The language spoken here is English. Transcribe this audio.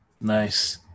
Nice